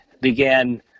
began